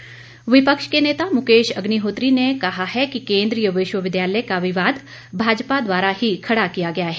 अग्निहोत्री विपक्ष के नेता मुकेश अग्निहोत्री ने कहा है कि केंद्रीय विश्वविद्यालय का विवाद भाजपा द्वारा ही खड़ा किया गया है